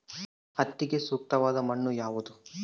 ಹತ್ತಿಗೆ ಸೂಕ್ತವಾದ ಮಣ್ಣು ಯಾವುದು?